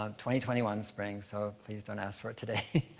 um twenty twenty one spring, so please don't ask for it today,